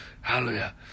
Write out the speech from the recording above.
Hallelujah